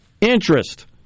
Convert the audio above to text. interest